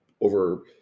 over